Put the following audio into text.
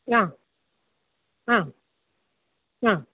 ആ ആ ആ